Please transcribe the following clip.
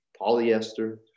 polyester